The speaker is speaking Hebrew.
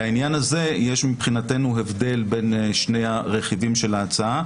לעניין הזה יש מבחינתנו הבדל בין שני הרכיבים של ההצעה,